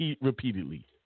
repeatedly